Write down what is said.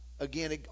again